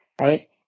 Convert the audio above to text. Right